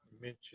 mention